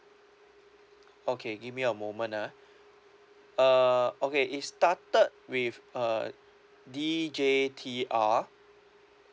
okay give me a moment ah uh okay it started with uh D J T R